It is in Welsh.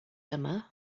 yma